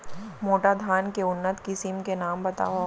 मोटा धान के उन्नत किसिम के नाम बतावव?